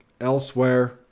Elsewhere